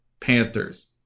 Panthers